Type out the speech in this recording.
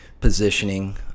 positioning